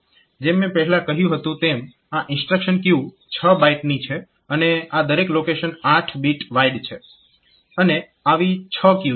જેમ મેં પહેલા કહ્યું હતું તેમ આ ઇન્સ્ટ્રક્શન ક્યુ 6 બાઈટ ની છે અને આ દરેક લોકેશન 8 બીટ વાઈડ છે અને આવી 6 ક્યુ છે